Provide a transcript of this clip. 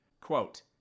quote